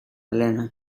elena